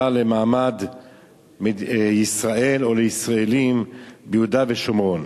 למעמד ישראל או ישראלים ביהודה ושומרון.